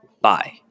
Bye